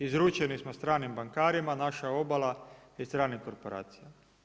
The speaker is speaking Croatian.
Izručeni smo stranim bankarima, naša obala i stranim korporacijama.